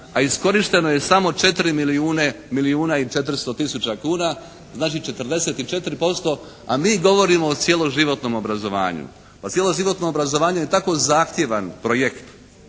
a iskorišteno je samo 4 milijuna i 400 tisuća kuna, znači 44% a mi govorimo o cjeloživotnom obrazovanju. Pa cjeloživotno obrazovanje je tako zahtjevan projekt